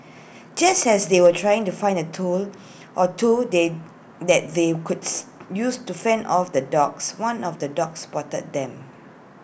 just as they were trying to find A tool or two they that they could use to fend off the dogs one of the dogs spotted them